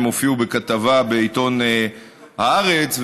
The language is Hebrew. הם הופיעו בכתבה בעיתון הארץ,